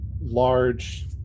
large